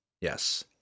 Yes